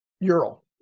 Ural